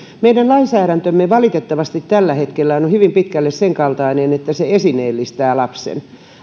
meidän lainsäädäntömme on valitettavasti tällä hetkellä hyvin pitkälle sen kaltainen että se esineellistää lapsen